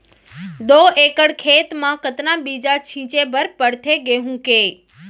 दो एकड़ खेत म कतना बीज छिंचे बर पड़थे गेहूँ के?